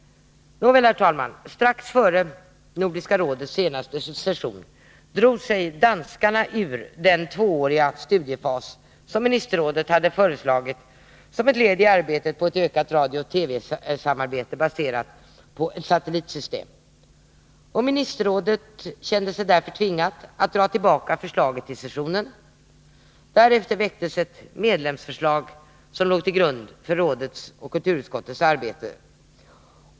Nåväl, herr talman, strax före Nordiska rådets senaste session drog sig danskarna ur den tvååriga studiefas som ministerrådet hade föreslagit som ett led i arbetet på ett ökat radiooch TV-samarbete baserat på ett satellitsystem. Ministerrådet kände sig därför tvingat att dra tillbaka sitt förslag till sessionen. Därefter väcktes ett medlemsförslag som låg till grund för rådets och kulturutskottets arbete.